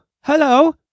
hello